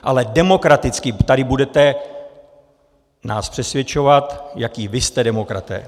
Ale demokraticky nás tady budete přesvědčovat, jací vy jste demokraté.